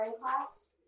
class